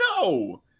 no